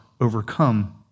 overcome